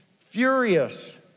furious